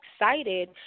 excited